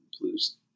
blues